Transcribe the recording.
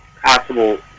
possible